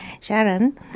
Sharon